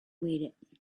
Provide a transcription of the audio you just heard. waited